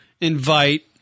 invite